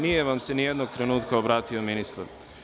Nije vam se ni jednog trenutka obratio ministar.